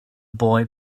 boy